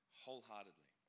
wholeheartedly